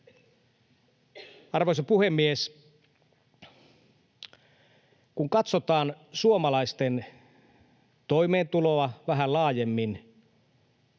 Arvoisa puhemies! Kun katsotaan suomalaisten toimeentuloa vähän laajemmin,